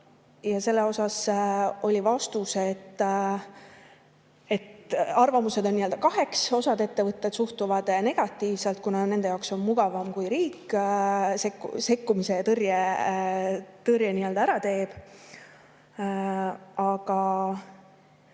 Sellele oli vastus, et arvamused on kaheks. Osa ettevõtteid suhtub negatiivselt, kuna nende jaoks on mugavam, kui riik sekkumise ja tõrje nii‑öelda ära teeb. Aga